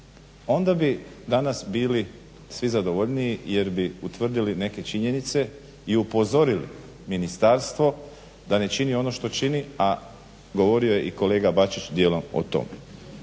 onda bi danas bili svi zadovoljniji jer bi utvrdili neke činjenice i upozorili ministarstvo da ne čini ono što čini a govorio je i kolega Bačić dijelom o tome.